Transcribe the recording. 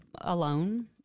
alone